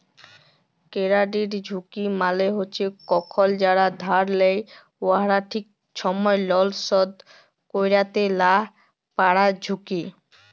credit ঝুঁকি মালে হছে কখল যারা ধার লেয় উয়ারা ঠিক ছময় লল শধ ক্যইরতে লা পারার ঝুঁকি